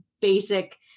basic